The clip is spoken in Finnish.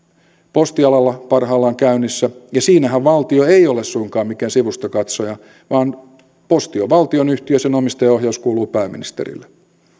postialalla parhaillaan käynnissä ja siinähän valtio ei ole suinkaan mikään sivustakatsoja vaan posti on valtionyhtiö sen omistajaohjaus kuuluu pääministerille